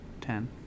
Ten